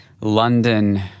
London